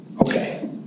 Okay